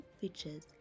features